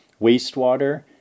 wastewater